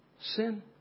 sin